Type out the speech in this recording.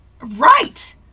Right